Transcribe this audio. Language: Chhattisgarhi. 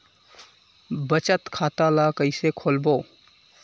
बचत खता ल कइसे खोलबों?